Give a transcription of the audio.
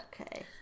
Okay